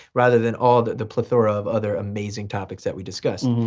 rather than all the plethora of other amazing topics that we discussed.